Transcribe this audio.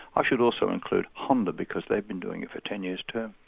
should also include honda, because they've been doing it for ten years too.